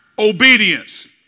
obedience